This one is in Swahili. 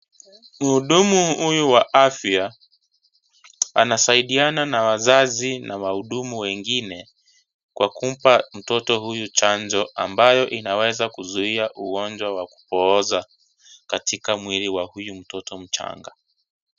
Mhudumu huyu wa afya, anasaidiana na wazazi na wahudumu wengine kwa kumpa mtoto huyu chanjo, ambayo inaweza kuzuia ugonjwa wa kupooza katika mwili wa huyu mtoto mchanga.